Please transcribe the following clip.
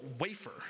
wafer